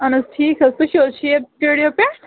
اَہَن حظ ٹھیٖک حظ تُہۍ چھِ حظ شیر سِٹڈیو پٮ۪ٹھ